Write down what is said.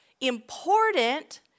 important